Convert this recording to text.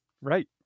Right